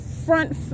front